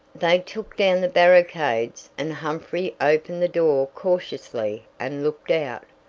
they took down the barricades, and humphrey opened the door cautiously, and looked out.